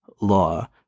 law